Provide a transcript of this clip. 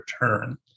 return